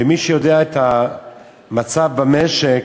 ומי שיודע את המצב במשק,